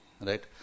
right